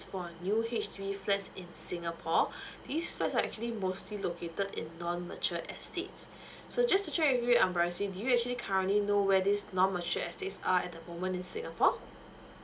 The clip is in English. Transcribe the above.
for a new H_D_B flats in singapore these flats are actually mostly located in non mature estates so just to check with you on pricing do you actually currently know where this non mature estates are at the moment in singapore